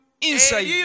inside